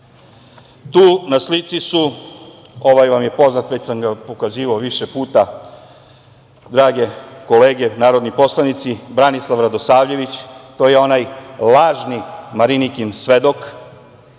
Tu na slici je, ovaj vam je poznat, već sam ga pokazivao više puta, drage kolege narodni poslanici, Branislav Radosavljević. To je onaj lažni Marinikin svedok